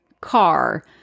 car